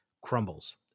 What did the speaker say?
crumbles